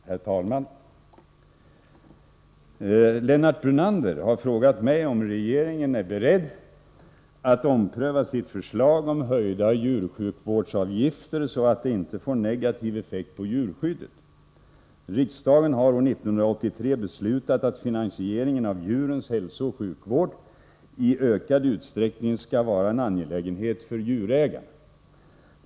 Herr talman! Lennart Brunander har frågat mig om regeringen är beredd att ompröva sitt förslag om höjda djursjukvårdsavgifter, så att det inte får negativ effekt på djurskyddet. Riksdagen har år 1983 beslutat att finansieringen av djurens hälsooch sjukvård i ökad utsträckning skall vara en angelägenhet för djurägarna.